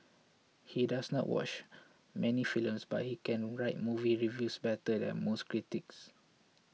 he does not watch many films but he can write movie reviews better than most critics